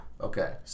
Okay